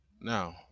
now